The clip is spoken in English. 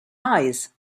eyes